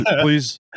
please